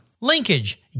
Linkage